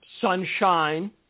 sunshine